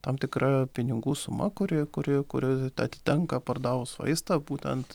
tam tikra pinigų suma kuri kuri kuri atitenka pardavus vaistą būtent